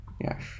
yes